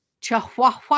Chihuahua